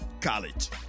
college